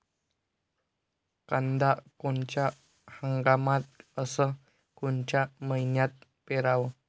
कांद्या कोनच्या हंगामात अस कोनच्या मईन्यात पेरावं?